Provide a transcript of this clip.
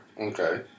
Okay